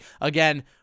Again